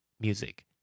Music